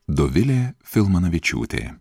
dovilė filmanavičiūtė